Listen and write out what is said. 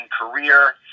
career